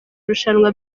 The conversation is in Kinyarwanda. rushanwa